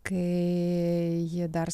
kai ji dar